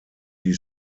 die